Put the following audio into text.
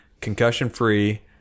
concussion-free